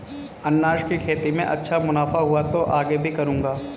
अनन्नास की खेती में अच्छा मुनाफा हुआ तो आगे भी करूंगा